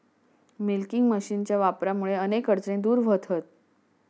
milking मशीनच्या वापरामुळा अनेक अडचणी दूर व्हतहत